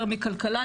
יותר מכלכלה,